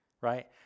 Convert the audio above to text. Right